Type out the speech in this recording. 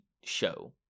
show